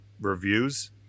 reviews